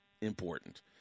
important